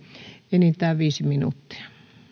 enintään viisi minuuttia